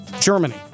Germany